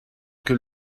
que